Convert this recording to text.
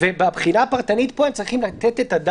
הקביעה שצריך תוצאה שלילית בשביל להיכנס,